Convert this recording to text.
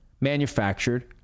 manufactured